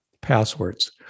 passwords